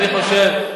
אני חושב,